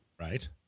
Right